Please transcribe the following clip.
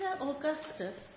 Augustus